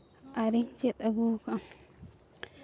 ᱟᱨᱮᱧ ᱪᱮᱫ ᱟᱹᱜᱩ ᱟᱠᱟᱫᱟ